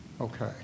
Okay